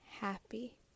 happy